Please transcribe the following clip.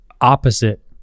opposite